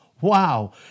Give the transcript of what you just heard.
Wow